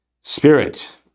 spirit